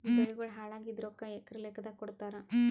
ಬೆಳಿಗೋಳ ಹಾಳಾಗಿದ ರೊಕ್ಕಾ ಎಕರ ಲೆಕ್ಕಾದಾಗ ಕೊಡುತ್ತಾರ?